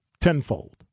tenfold